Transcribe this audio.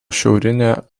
šiaurinė